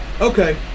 Okay